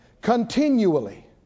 continually